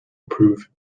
improve